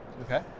Okay